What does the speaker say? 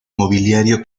mobiliario